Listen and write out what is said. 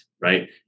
right